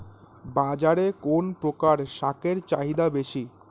বাজারে কোন প্রকার শাকের চাহিদা বেশী?